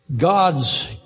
God's